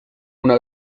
una